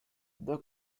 they